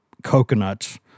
Coconuts